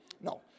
no